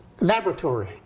laboratory